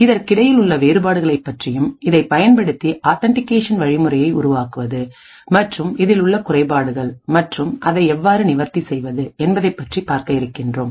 இதற்கிடையில் உள்ள வேறுபாடுகளைப் பற்றியும் இதை பயன்படுத்தி ஆத்தன்டிகேஷன் வழிமுறையை உருவாக்குவது மற்றும் இதில் உள்ள குறைபாடுகள் மற்றும் அதை எவ்வாறு நிவர்த்தி செய்வது என்பதைப்பற்றி பார்க்க இருக்கின்றோம்